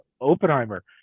Oppenheimer